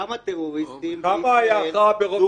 כמה טרוריסטים -- מה הבעיה ----- זוכו